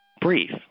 brief